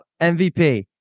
MVP